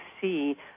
see